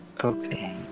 Okay